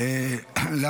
תודה רבה.